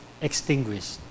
extinguished